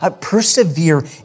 Persevere